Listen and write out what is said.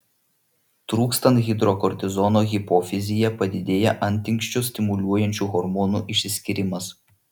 trūkstant hidrokortizono hipofizyje padidėja antinksčius stimuliuojančių hormonų išsiskyrimas